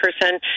person